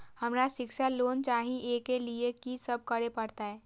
हमरा शिक्षा लोन चाही ऐ के लिए की सब करे परतै?